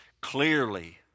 clearly